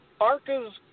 Arca's